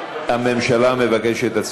הממשלה מבקשת.